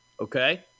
Okay